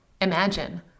Imagine